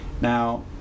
now